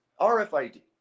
RFID